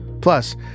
Plus